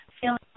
feeling